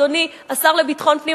אדוני השר לביטחון פנים,